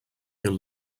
your